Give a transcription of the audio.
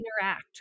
interact